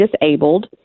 disabled